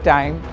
Time